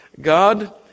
God